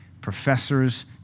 professors